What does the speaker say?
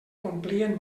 complien